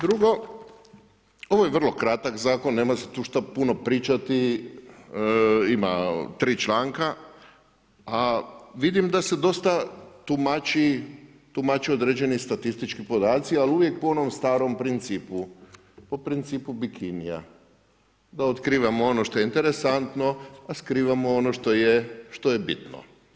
Drugo, ovo je vrlo kratak zakon, nema se tu šta puno pričati, ima 3 članka, a vidim da se dosta tumači određeni statistički podaci, ali uvijek po onom starom principu, po principu bikinija, da otkrivamo ono što je interesantno, a skrivamo ono što je bitno.